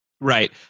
Right